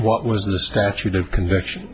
what was the statute of conviction